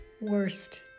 worst